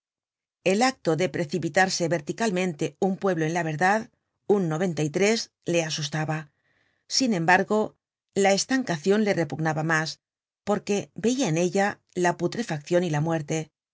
el acto de precipitarse verticalmente un pueblo en la verdad un le asustaba sin embargo la estancacion le repugnaba mas porque veiaen ella la putrefaccion y la muerte